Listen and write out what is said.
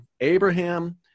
Abraham